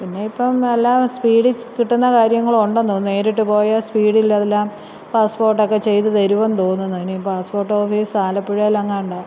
പിന്നെ ഇപ്പോള് എല്ലാം സ്പീഡിൽ കിട്ടുന്ന കാര്യങ്ങളുണ്ടെന്ന് തോന്നുന്നു നേരിട്ട് പോയാൽ സ്പീഡിൽ അതെല്ലാം പാസ്പോർട്ടൊക്കെ ചെയ്ത് തരുമെന്ന് തോന്നുന്നു ഇനി പാസ്പോർട്ട് ഓഫീസ് ആലപ്പുഴയിലെങ്ങാണ്ടാണ്